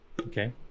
Okay